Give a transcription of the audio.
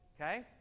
Okay